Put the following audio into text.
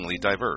diverse